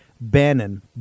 Bannon